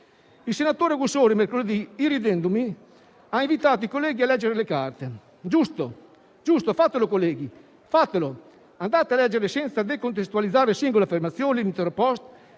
Il senatore Augussori, mercoledì, irridendomi, ha invitato i colleghi a leggere le carte: assolutamente giusto, fatelo colleghi, fatelo, andate a leggere - senza decontestualizzare - le singole affermazioni dell'intero *post*